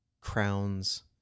crowns